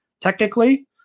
technically